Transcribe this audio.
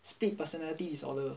split personality disorder